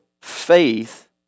faith